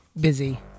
busy